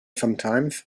sometimes